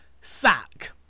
Sack